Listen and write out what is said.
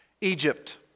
Egypt